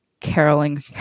caroling